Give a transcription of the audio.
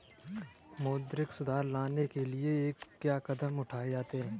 मौद्रिक सुधार लाने के लिए क्या कदम उठाए जाते हैं